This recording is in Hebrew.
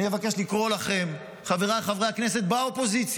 אני מבקש לקרוא לכם, חבריי חברי הכנסת באופוזיציה,